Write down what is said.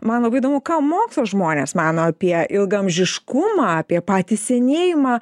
man labai įdomu ką mokslo žmonės mano apie ilgaamžiškumą apie patį senėjimą